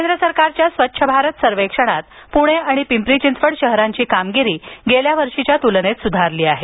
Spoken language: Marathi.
केंद्र सरकारच्या स्वच्छ भारत सर्वेक्षणात पुणे आणि पिंपरी चिंचवड शहरांची कामगिरी गेल्या वर्षीच्या तुलनेत सुधारली आहे